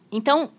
Então